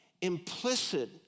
implicit